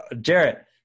Jarrett